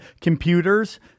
computers